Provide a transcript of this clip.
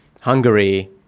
Hungary